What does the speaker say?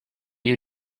you